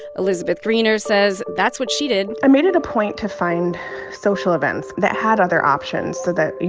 elizabeth greener says that's what she did i made it a point to find social events that had other options so that, you